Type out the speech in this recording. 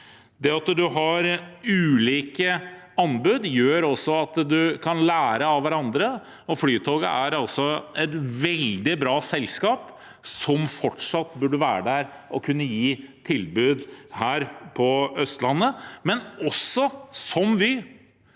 Det at man har ulike anbud, gjør også at man kan lære av hverandre. Flytoget er et veldig bra selskap som fortsatt burde være der og kunne gi tilbud her på Østlandet, men det burde